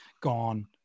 gone